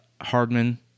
Hardman